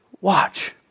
Watch